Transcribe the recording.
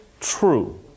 true